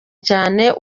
cyane